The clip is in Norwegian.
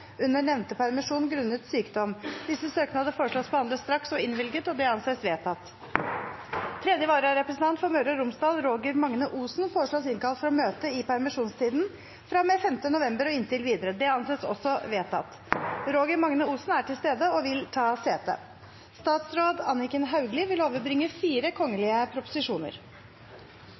under nevnte permisjon grunnet sykdom. Etter forslag fra presidenten ble enstemmig besluttet: Søknadene behandles straks og innvilges. Tredje vararepresentant for Møre og Romsdal, Roger Magne Osen , innkalles for å møte i permisjonstiden fra og med 5. november og inntil videre. Roger Magne Osen er til stede og vil ta sete. Representanten Arne Nævra vil